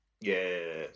Yes